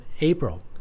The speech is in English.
April